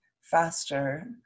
faster